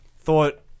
thought